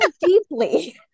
deeply